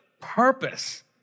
purpose